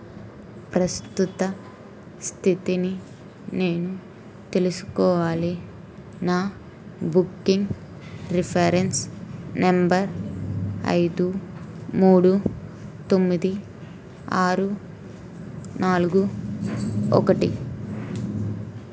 ప్రస్తుత స్థితిని నేను తెలుసుకోవాలి నా బుకింగ్ రిఫరెన్స్ నెంబర్ ఐదు మూడు తొమ్మిది ఆరు నాలుగు ఒకటి